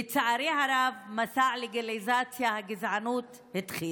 לצערי הרב, מסע לגליזציית הגזענות התחיל.